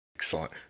Excellent